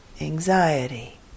anxiety